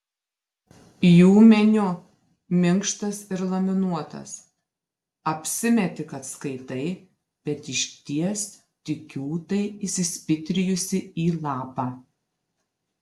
jų meniu minkštas ir laminuotas apsimeti kad skaitai bet išties tik kiūtai įsispitrijusi į lapą